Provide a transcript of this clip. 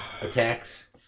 attacks